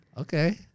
Okay